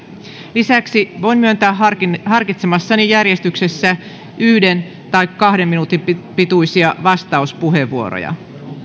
lisäksi voin myöntää harkitsemassani järjestyksessä yksi tai kahden minuutin pituisia vastauspuheenvuoroja